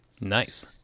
Nice